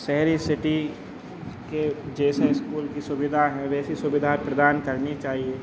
शहरी सिटी के जैसे स्कूल की सुविधा है वैसी सुविधा प्रदान करनी चाहिए